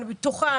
ואני בטוחה,